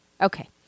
Okay